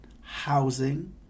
housing